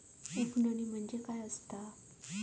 उफणणी म्हणजे काय असतां?